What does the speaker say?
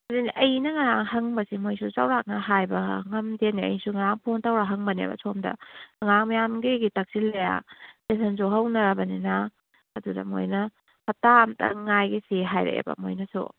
ꯑꯗꯨꯅꯤ ꯑꯩꯅ ꯉꯔꯥꯡ ꯍꯪꯕꯁꯤ ꯃꯣꯏꯁꯨ ꯆꯥꯎꯔꯥꯛꯅ ꯍꯥꯏꯕ ꯉꯝꯗꯦꯅꯦ ꯑꯩꯁꯨ ꯉꯔꯥꯡ ꯐꯣꯟ ꯇꯧꯔ ꯍꯪꯕꯅꯦꯕ ꯁꯣꯝꯗ ꯑꯉꯥꯡ ꯃꯌꯥꯝ ꯒ꯭ꯔꯤ ꯒ꯭ꯔꯤ ꯇꯛꯁꯤꯜꯂꯦ ꯁꯦꯁꯟꯁꯨ ꯍꯧꯅꯔꯕꯅꯤꯅ ꯑꯗꯨꯅ ꯃꯣꯏꯅ ꯍꯞꯇꯥ ꯑꯃꯇꯪ ꯉꯥꯏꯈꯤꯁꯤ ꯍꯥꯏꯔꯛꯑꯦꯕ ꯃꯣꯏꯅꯁꯨ